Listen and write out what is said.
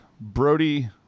brody